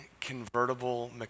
convertible